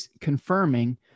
confirming